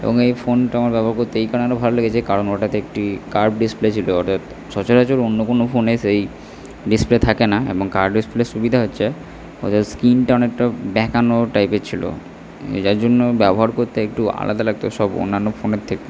এবং এই ফোনটা আমার ব্যবহার করতে এই কারণে ভালো লেগেছে কারণ ওটাতে একটি কার্ভ ডিসপ্লে ছিল ওটা সচরাচর অন্য কোনও ফোনে সেই ডিসপ্লে থাকে না এবং কার্ভ ডিসপ্লের সুবিধা হচ্ছে স্ক্রিনটা অনেকটা বেঁকানো টাইপের ছিল যার জন্য ব্যবহার করতে একটু আলাদা লাগত সব অন্যান্য ফোনের থেকে